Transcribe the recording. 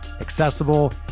accessible